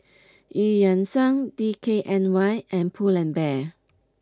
Eu Yan Sang D K N Y and Pull N Bear